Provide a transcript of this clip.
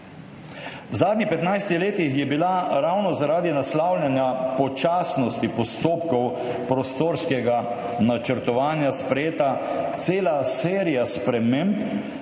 V zadnjih 15 letih je bila ravno zaradi naslavljanja počasnosti postopkov prostorskega načrtovanja sprejeta cela serija sprememb,